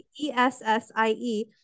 E-S-S-I-E